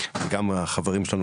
גם החברים שלנו,